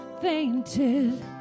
fainted